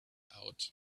out